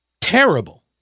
terrible